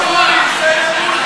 אין אמון בראש הממשלה.